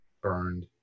burned